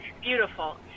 beautiful